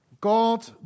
God